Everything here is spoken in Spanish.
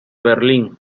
berlín